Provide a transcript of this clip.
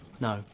No